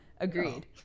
Agreed